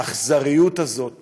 האכזריות הזאת